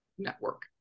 network